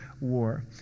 war